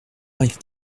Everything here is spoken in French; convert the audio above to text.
arrive